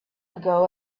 ago